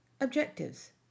Objectives